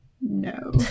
no